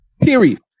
Period